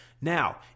Now